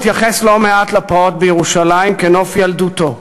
התייחס לא מעט לפרעות בירושלים כנוף ילדותו,